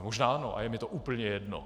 Možná ano a je mně to úplně jedno.